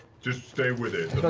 just stay with it,